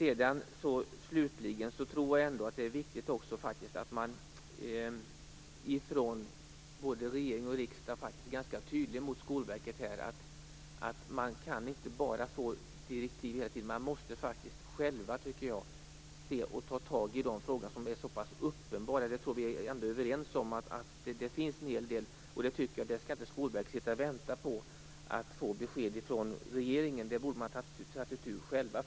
Jag tror slutligen att det är viktigt att vi från regering och riksdag är ganska tydliga mot Skolverket med att man inte bara kan få direktiv utan att man själv måste ta tag i de frågor som är så pass uppenbara. Jag tror att vi är överens om att det finns en hel del att göra. Skolverket skall inte sitta och vänta på att få besked från regeringen, utan det borde man ta itu med själva.